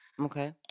Okay